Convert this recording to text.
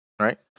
right